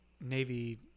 Navy